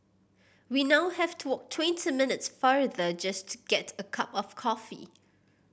we now have to walk twenty minutes farther just to get a cup of coffee